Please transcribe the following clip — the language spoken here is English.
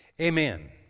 Amen